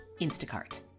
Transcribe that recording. Instacart